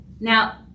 Now